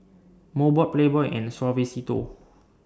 Mobot Playboy and Suavecito